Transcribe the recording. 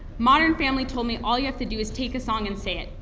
modern family told me all you have to do is take a song and say it.